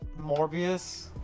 morbius